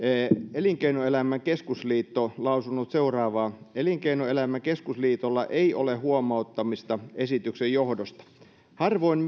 elinkeinoelämän keskusliitto lausunut seuraavaa elinkeinoelämän keskusliitolla ei ole huomauttamista esityksen johdosta harvoin